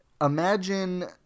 Imagine